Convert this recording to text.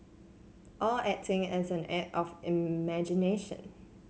all acting is an act of imagination